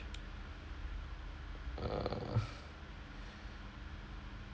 err